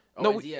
No